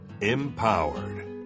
empowered